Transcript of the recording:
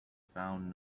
found